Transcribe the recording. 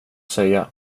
säga